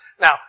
Now